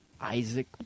Isaac